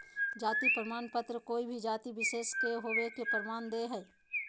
जाति प्रमाण पत्र कोय भी जाति विशेष के होवय के प्रमाण दे हइ